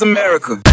America